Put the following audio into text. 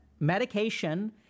Medication